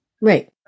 Right